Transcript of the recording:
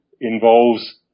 involves